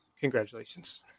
Congratulations